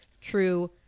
true